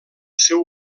seu